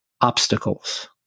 obstacles